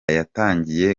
yatangiye